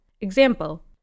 example